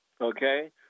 Okay